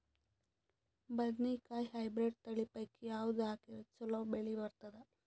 ಬದನೆಕಾಯಿ ಹೈಬ್ರಿಡ್ ತಳಿ ಪೈಕಿ ಯಾವದು ಹಾಕಿದರ ಚಲೋ ಬೆಳಿ ಬರತದ?